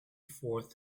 fourth